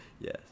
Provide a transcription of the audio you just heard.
Yes